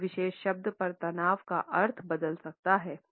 किसी विशेष शब्द पर तनाव का अर्थ बदल सकता है